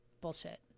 bullshit